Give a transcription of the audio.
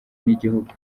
n’igihugu